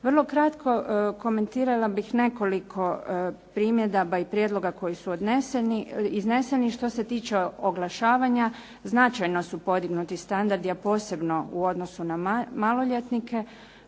Vrlo kratko komentirala bih nekoliko primjedaba i prijedloga koji su izneseni što se tiče oglašavanja. Značajno su podignuti standardi a posebno u odnosu na maloljetnike.